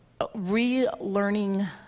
relearning